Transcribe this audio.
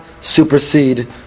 supersede